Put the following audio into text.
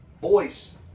voice